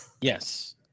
Yes